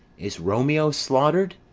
is romeo slaught'red,